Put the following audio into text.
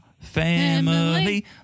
family